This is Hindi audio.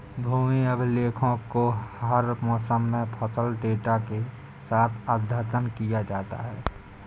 भूमि अभिलेखों को हर मौसम में फसल डेटा के साथ अद्यतन किया जाता है